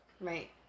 Right